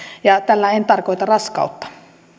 ja tällä en tarkoita raskautta